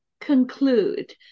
conclude